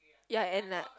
year end lah